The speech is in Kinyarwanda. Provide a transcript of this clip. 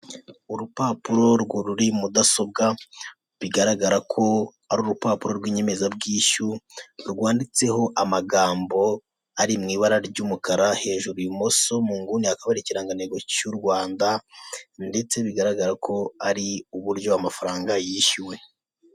U rupapuro ruri muri mudasobwa bigaragara ko ari urupapuro rw'inyemezabwishyu rwanditseho amagambo ari mu ibara ry'umukara hejuru ibumoso mu nguni hakaba hariho ikirangantego cy'u Rwanda ndetse bigaragara ko ari uburyo amafaranga yishyuwe .